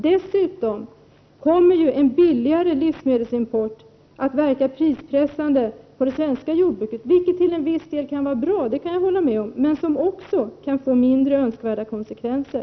Dessutom kommer ju billigare importerade livsmedel att verka prispressande på det svenska jordbruket, vilket till en viss del kan vara bra — det kan jag hålla med om — men också få mindre önskvärda konsekvenser.